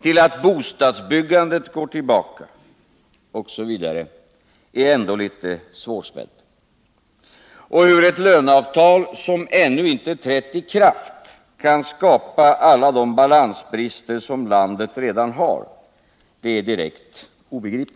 tillatt bostadsbyggandet går tillbaka osv., är ändå litet svårsmält. Och hur ett löneavtal som ännu inte trätt i kraft kan skapa alla de balansbrister som landet redan har, är direkt obegripligt.